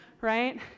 right